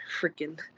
freaking